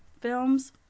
films